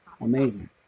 amazing